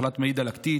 מחלת מעי דלקתית,